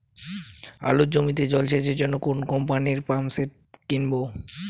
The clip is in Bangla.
আলুর জমিতে জল সেচের জন্য কোন কোম্পানির পাম্পসেট কিনব?